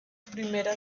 primera